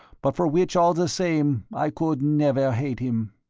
but for which all the same i could never hate him.